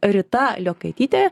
rita liokaitytė